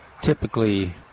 typically